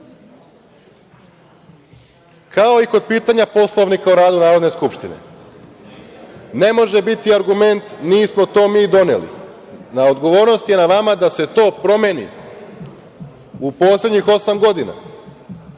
i kod pitanja Poslovnika o radu Narodne skupštine, ne može biti argument – nismo mi to doneli. Odgovornost je na vama da se to promeni, u poslednjih osam godina.